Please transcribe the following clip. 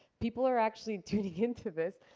people are actually tuning into this.